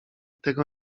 tego